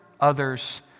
others